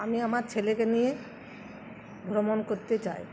আমি আমার ছেলেকে নিয়ে ভ্রমণ করতে চাই